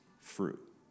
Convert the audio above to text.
fruit